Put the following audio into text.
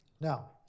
Now